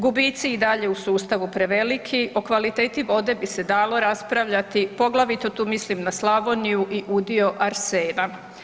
Gubici i dalje u sustavu preveliki, o kvaliteti vode bi se dalo raspravljati, poglavito tu mislim na Slavoniju i udio arsena.